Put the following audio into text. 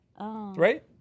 right